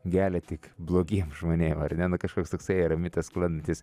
gelia tik blogiem žmonėm ar ne nu kažkoks toksai ar mitas sklandantis